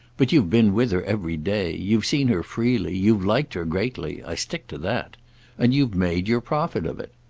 but you've been with her every day, you've seen her freely, you've liked her greatly i stick to that and you've made your profit of it.